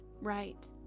Right